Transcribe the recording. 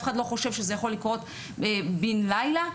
אף אחד לא חושב שזה יכול לקרות בין לילה.